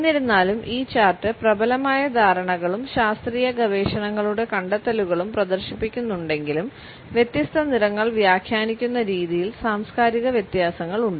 എന്നിരുന്നാലും ഈ ചാർട്ട് പ്രബലമായ ധാരണകളും ശാസ്ത്രീയ ഗവേഷണങ്ങളുടെ കണ്ടെത്തലുകളും പ്രദർശിപ്പിക്കുന്നുണ്ടെങ്കിലും വ്യത്യസ്ത നിറങ്ങൾ വ്യാഖ്യാനിക്കുന്ന രീതിയിൽ സാംസ്കാരിക വ്യത്യാസങ്ങളുണ്ട്